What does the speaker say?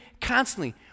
constantly